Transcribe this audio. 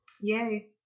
Yay